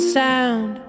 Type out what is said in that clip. sound